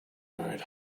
night